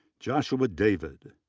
joshua david,